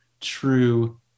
true